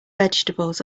vegetables